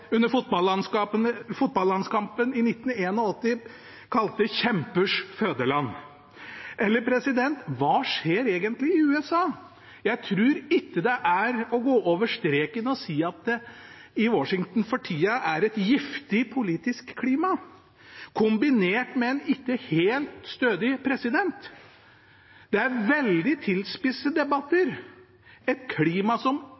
under fotballandskampen i 1981 kalte «kjempers fødeland»? Eller: Hva skjer egentlig i USA? Jeg tror ikke det er å gå over streken å si at det er et giftig politisk klima i Washington for tida, kombinert med en ikke helt stødig president. Det er veldig tilspissede debatter, og det er et klima som